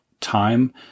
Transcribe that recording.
time